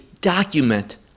document